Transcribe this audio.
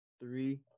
three